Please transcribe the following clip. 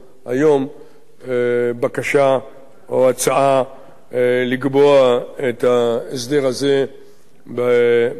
היום בקשה או הצעה לקבוע את ההסדר הזה בחוק,